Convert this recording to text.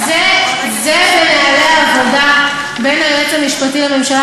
זה בנוהלי העבודה בין היועץ המשפטי לממשלה